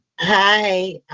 Hi